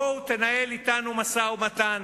בואו, תנהלו אתנו משא-ומתן